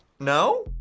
no?